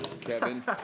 Kevin